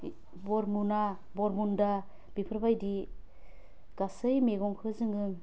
बरमुना बरमुन्दा बेफोरबायदि गासै मैगंखौ जोङो